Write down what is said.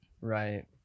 Right